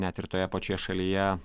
net ir toje pačioje šalyje